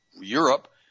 Europe –